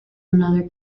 another